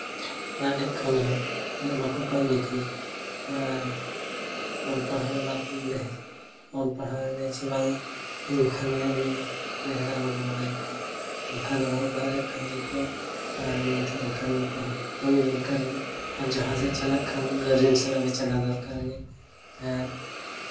ᱚᱲᱟᱜ ᱨᱮᱭᱟᱜ ᱠᱟᱹᱢᱤ ᱦᱚᱸ ᱩᱱᱟᱹᱜ ᱵᱟᱠᱚ ᱠᱟᱹᱢᱤ ᱠᱟᱱᱟ ᱟᱨ ᱚᱞ ᱯᱟᱲᱦᱟᱣ ᱠᱟᱱᱟ ᱠᱚ ᱵᱚᱞᱮ ᱚᱞ ᱯᱟᱲᱦᱟᱣ ᱮᱱᱟᱭ ᱪᱮ ᱵᱟᱝᱟ ᱮᱱᱠᱷᱟᱱ ᱩᱱᱤ ᱫᱚ ᱦᱮᱨᱮᱞ ᱜᱚᱨᱚᱵᱮ ᱫᱮᱠᱷᱟᱣᱟ ᱚᱱᱠᱟ ᱫᱚ ᱵᱟᱝ ᱚᱲᱟᱜ ᱨᱮᱭᱟᱜ ᱠᱟᱹᱢᱤ ᱠᱚ ᱮᱢᱟᱱ ᱛᱮᱢᱟᱱ ᱠᱟᱹᱢᱤ ᱠᱚᱦᱚᱸ ᱠᱟᱹᱢᱤ ᱫᱚᱨᱠᱟᱨ ᱜᱮ ᱟᱨ ᱡᱟᱦᱟᱸ ᱥᱮᱫ ᱪᱟᱞᱟᱜ ᱠᱷᱟᱱ ᱜᱟᱨᱡᱮᱱ ᱥᱟᱞᱟᱜ ᱜᱮ ᱪᱟᱞᱟᱣ ᱫᱚᱨᱠᱟᱨ ᱜᱮ ᱟᱨ